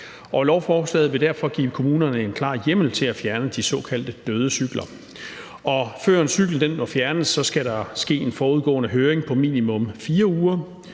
Lovforslaget vil derfor give kommunerne en klar hjemmel til at fjerne de såkaldt døde cykler. Før en cykel må fjernes, skal der ske en forudgående høring på minimum 4 uger.